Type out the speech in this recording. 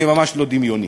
זה ממש לא דמיוני.